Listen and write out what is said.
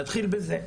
נתחיל בזה.